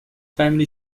family